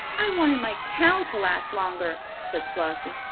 i wanted my cow to last longer, said flossie.